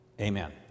amen